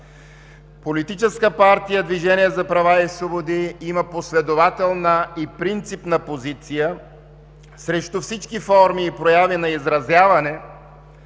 Политическата партия „Движение за права и свободи” има последователна и принципна позиция срещу всички форми и прояви на изразяване,